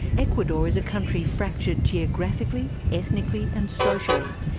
ecuador is a country fractured geographically, ethnically and socially,